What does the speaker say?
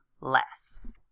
less